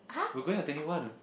we're going on twenty one